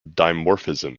dimorphism